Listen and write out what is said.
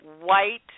white